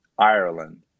Ireland